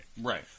Right